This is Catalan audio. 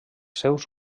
seus